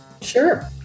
Sure